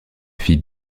fille